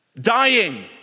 dying